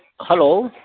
hello